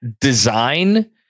design